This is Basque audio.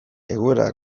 egoera